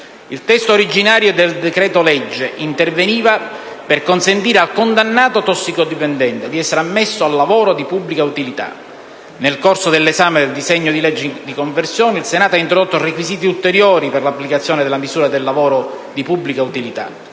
Il testo originario del decreto-legge interveniva per consentire al condannato tossicodipendente di essere ammesso al lavoro di pubblica utilità. Nel corso dell'esame del disegno di legge di conversione in prima lettura, il Senato ha introdotto requisiti ulteriori per l'applicazione della misura del lavoro di pubblica utilità;